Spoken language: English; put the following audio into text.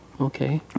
Okay